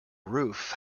roof